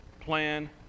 plan